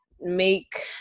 make